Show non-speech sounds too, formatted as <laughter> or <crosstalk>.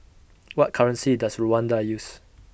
<noise> What currency Does Rwanda use